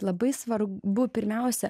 labai svarbu pirmiausia